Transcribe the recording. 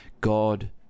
God